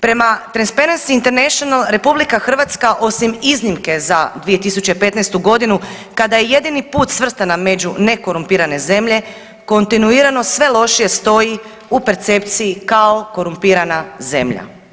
Prema Transparency International, RH osim iznimke za 2015. g., kada je jedini put svrstana među nekorumpirane zemlje, kontinuiranost sve lošije stoji u percepciji kao korumpirana zemlja.